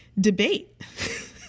debate